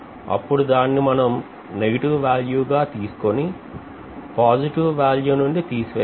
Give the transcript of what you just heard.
అప్పుడు దాన్ని మనం నెగెటివ్ వేల్యూ గ తీసుకొని పాజిటివ్ వేల్యూ నుండి తీసివేయాలి